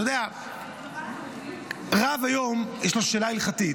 אתה יודע, רב היום, יש לו שאלה הלכתית,